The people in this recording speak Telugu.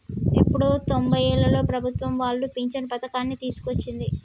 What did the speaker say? ఎప్పుడో తొంబైలలో ప్రభుత్వం వాళ్లు పించను పథకాన్ని తీసుకొచ్చింది